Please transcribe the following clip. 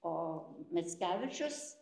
o mickevičius